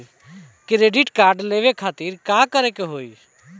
Credit card लेवे खातिर का करे के होई?